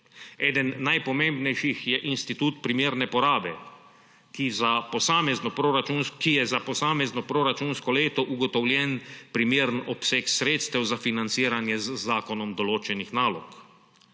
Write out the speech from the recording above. Eden najpomembnejših je institut primerne porabe, ki je za posamezno proračunsko leto ugotovljen primeren obseg sredstev za financiranje z zakonom določenih nalog.